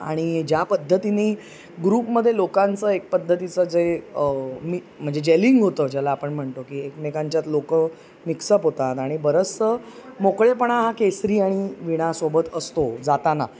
आणि ज्या पद्धतीने ग्रुपमध्ये लोकांचं एक पद्धतीचं जे म्हणजे जेलिंग होतं ज्याला आपण म्हणतो की एकमेकांच्यात लोकं मिक्सअप होतात आणि बरंसं मोकळेपणा हा केसरी आणि विणासोबत असतो जाताना